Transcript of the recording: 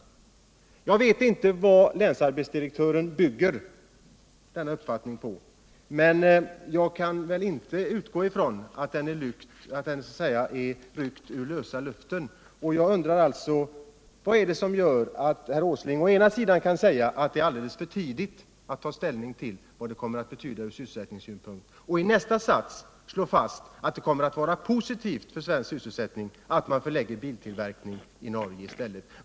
Jag vet inte vad länsarbetsdirektören bygger denna uppfattning på, men jag kan väl inte utgå ifrån att den så att säga har tagits ur luften. Jag frågar alltså: Vad är det som gör att herr Åsling å ena sidan kan säga, att det är alldeles för tidigt att ta ställning till vad affären kommer att betyda från sysselsättningssynpunkt, och att han å andra sidan, i nästa mening, slår fast att förläggningen av biltillverkningen till Norge kommer att vara någonting positivt för svensk sysselsättning?